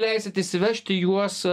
leisit įsivežti juos